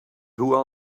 who